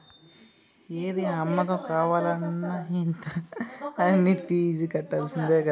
ఏది అమ్మకం కావాలన్న ఇంత అనీ ఫీజు కట్టాల్సిందే కదా